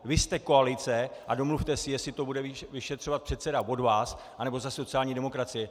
Vy jste koalice a domluvte si, jestli to bude vyšetřovat předseda od vás, anebo ze sociální demokracie.